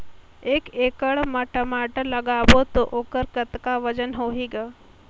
एक एकड़ म टमाटर लगाबो तो ओकर कतका वजन होही ग?